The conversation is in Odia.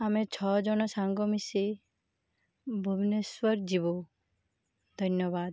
ଆମେ ଛଅ ଜଣ ସାଙ୍ଗ ମିଶି ଭୁବନେଶ୍ୱର ଯିବୁ ଧନ୍ୟବାଦ